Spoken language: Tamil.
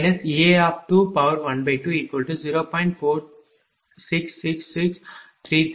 008212